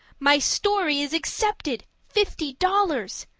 my story is accepted fifty dollars.